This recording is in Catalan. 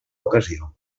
ocasió